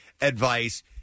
advice